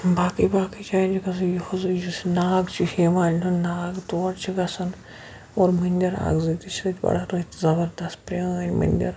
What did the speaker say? باقٕے باقٕے جایَن چھِ گژھان یہِ حظ یُس یہِ ناگ چھِ ہیٖمالہِ ہُنٛد ناگ تور چھِ گژھان اور مٔندِر اَکھ زٕ تہِ چھِ یتہِ بڑَا رٕتی زَبَردَس پرٛٲنۍ مٔندِر